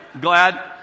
glad